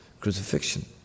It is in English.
crucifixion